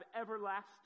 everlasting